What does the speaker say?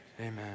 amen